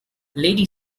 lady